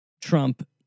Trump